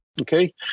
Okay